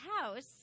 house